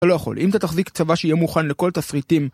אתה לא יכול, אם אתה תחזיק צבא שיהיה מוכן לכל תסריטים